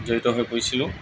জড়িত হৈ পৰিছিলোঁ